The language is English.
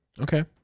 Okay